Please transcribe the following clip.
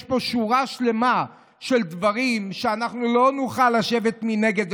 יש פה שורה שלמה של דברים שאנחנו לא נוכל לשבת מנגד.